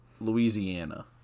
louisiana